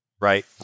right